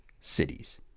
cities